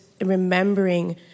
remembering